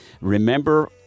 Remember